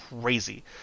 crazy